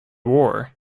war